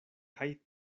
kaj